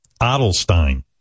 Adelstein